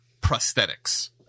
prosthetics